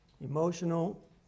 emotional